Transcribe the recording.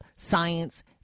science